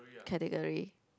category